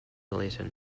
lytton